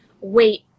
wait